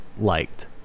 liked